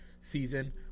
season